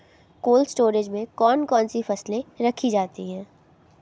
Cold storage में कौन कौन सी फसलें रखी जाती हैं?